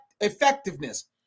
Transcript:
effectiveness